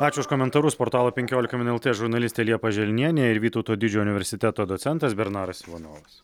ačiū už komentarus portalo penkiolika min lt žurnalistė liepa želnienė ir vytauto didžiojo universiteto docentas bernaras ivanovas